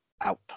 out